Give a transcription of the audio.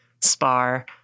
spar